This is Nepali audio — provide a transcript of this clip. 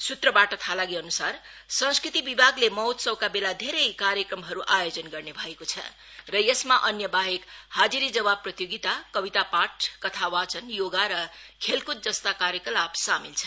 सूत्रबाट थाहा लागेअन्सार संस्कृति विभागले महोत्सवका बेला धेरै कार्यक्रमहरू आयोजन गर्ने भएको छ र यसमा अन्यबाहेक हाजिरी जवाब प्रतियोगिता कविता पाठ चलचित्र प्रतियोगिता कथाबाचन योगा र खेलकूद जस्ता कार्यकलाप सामेल छन्